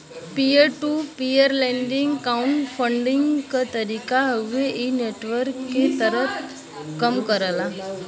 peer to peer lending crowd funding क तरीका हउवे इ नेटवर्क के तहत कम करला